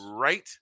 right